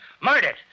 Murdered